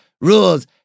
rules